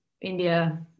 India